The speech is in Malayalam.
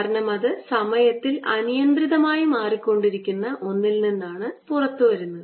കാരണം അത് സമയത്തിൽ അനിയന്ത്രിതമായി മാറിക്കൊണ്ടിരിക്കുന്ന ഒന്നിൽ നിന്നാണ് പുറത്തുവരുന്നത്